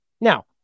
Now